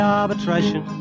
arbitration